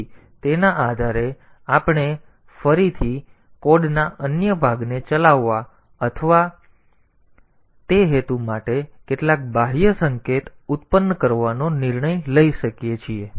તેથી તેના આધારે આપણે ફરીથી કોડના અન્ય ભાગને ચલાવવા અથવા તે હેતુ માટે કેટલાક બાહ્ય સંકેત ઉત્પન્ન કરવાનો નિર્ણય લઈ શકીએ છીએ